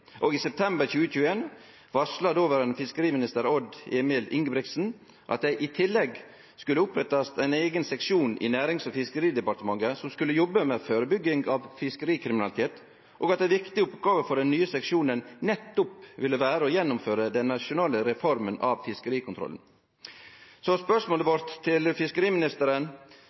Og i september i 2021 varsla dåverande fiskeriminister Odd Emil Ingebrigtsen at det i tillegg skulle opprettast ein eigen seksjon i Nærings- og fiskeridepartementet som skulle jobbe med førebygging av fiskerikriminalitet, og at ei viktig oppgåve for den nye seksjonen nettopp ville vere å gjennomføre den nasjonale reforma av fiskerikontrollen. Så spørsmålet vårt til fiskeriministeren